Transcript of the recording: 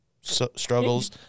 struggles